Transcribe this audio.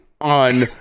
on